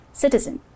citizen